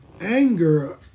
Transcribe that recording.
anger